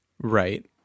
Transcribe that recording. Right